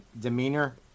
demeanor